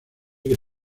que